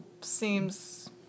seems